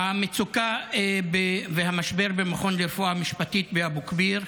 המצוקה והמשבר במכון לרפואה משפטית באבו כביר: